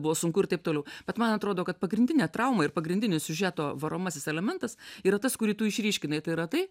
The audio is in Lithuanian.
buvo sunku ir taip toliau bet man atrodo kad pagrindinė trauma ir pagrindinis siužeto varomasis elementas yra tas kurį tu išryškinai tai yra tai